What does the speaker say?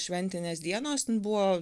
šventinės dienos buvo